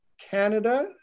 Canada